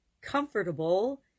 comfortable